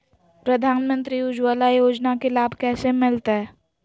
प्रधानमंत्री उज्वला योजना के लाभ कैसे मैलतैय?